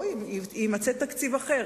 או יימצא תקציב אחר,